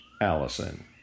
Allison